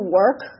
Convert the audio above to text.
work